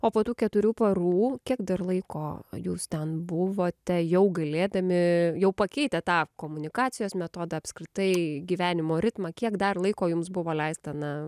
o po tų keturių parų kiek dar laiko jūs ten buvote jau galėdami jau pakeitę tą komunikacijos metodą apskritai gyvenimo ritmą kiek dar laiko jums buvo leista na